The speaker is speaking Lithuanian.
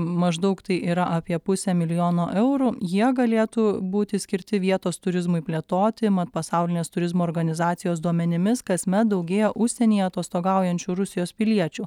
maždaug tai yra apie pusė milijono eurų jie galėtų būti skirti vietos turizmui plėtoti mat pasaulinės turizmo organizacijos duomenimis kasmet daugėja užsienyje atostogaujančių rusijos piliečių